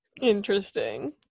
Interesting